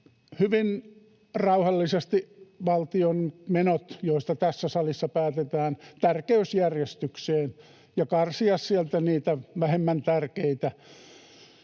hyvin rauhallisesti valtion menot, joista tässä salissa päätetään, tärkeysjärjestykseen, ja karsia sieltä niitä vähemmän tärkeitä,